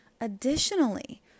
Additionally